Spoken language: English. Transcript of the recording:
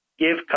Give